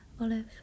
olive